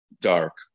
dark